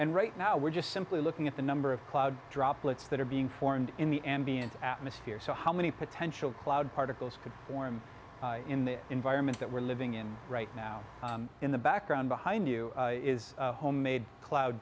and right now we're just simply looking at the number of cloud droplets that are being formed in the ambient atmosphere so how many potential cloud particles could form in the environment that we're living in right now in the background behind you is a homemade cloud